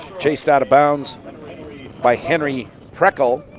chased out of bounds by henry preckel,